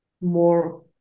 more